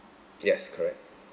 yes correct